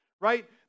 right